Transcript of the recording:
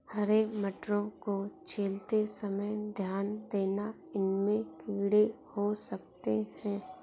हरे मटरों को छीलते समय ध्यान देना, इनमें कीड़े हो सकते हैं